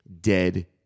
dead